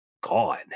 gone